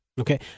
Okay